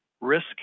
risk